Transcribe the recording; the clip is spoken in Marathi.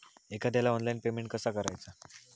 एखाद्याला ऑनलाइन पेमेंट कसा करायचा?